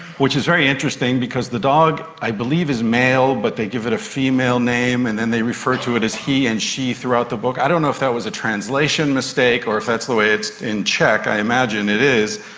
which is very interesting because the dog i believe is male but they give it a female name and then they refer to it as he and she throughout the book. i don't know if that was a translation mistake or if that's the way it is in czech, i imagine it is,